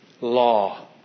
law